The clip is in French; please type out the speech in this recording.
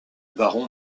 baron